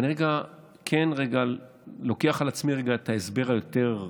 אני לוקח על עצמי לרגע את ההסבר היותר-בעייתי: